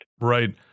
Right